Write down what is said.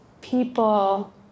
people